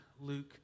Luke